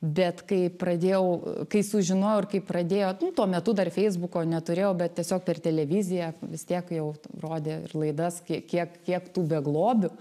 bet kai pradėjau kai sužinojau ir kaip pradėjo nu tuo metu dar feisbuko neturėjau bet tiesiog per televiziją vis tiek jau rodė ir laidas kiek kiek kiek tų beglobių